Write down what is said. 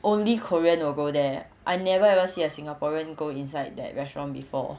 only korean will go there I never ever see a singaporean go inside that restaurant before